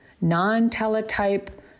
non-teletype